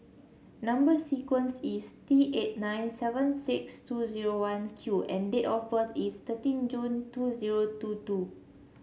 number sequence is T eight nine seven six two zero one Q and date of birth is thirteen June two zero two two